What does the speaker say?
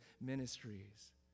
ministries